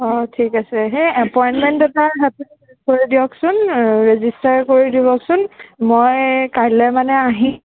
অ ঠিক আছে হেই এপইণ্টমেণ্ট এটা আপুনি কৰি দিয়কচোন ৰেজিষ্টাৰ কৰি দিবচোন মই কাইলৈ মানে আহি